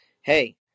hey